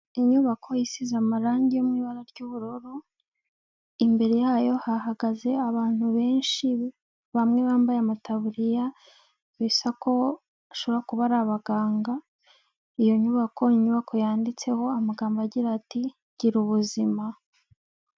Inyubako isize amarangi yo mu ibara ry'ubururu, imbere yayo hahagaze abantu benshi, bamwe bambaye amataburiya bisa ko ashobora kuba ari abaganga, iyo nyubako, inyubako yanditseho amagambo agira ati: "Girubuzima".